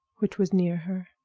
which was near her.